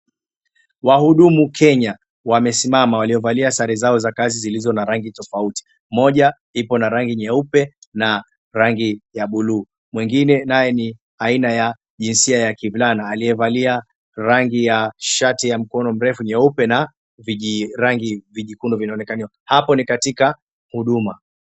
Wahudumu Kenya wamesimama waliovalia sare zao za kazi zilizo na rangi tofauti, moja ipo na rangi nyeupe na rangi ya bluu mwingine naye ni aina ya jinsia ya kivulana aliyevalia rangi ya shati ya mkono mrefu nyeupe na vijirangi vijikundu vyaonekana, hapo ni katika huduma.